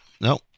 no